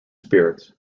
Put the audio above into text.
spirits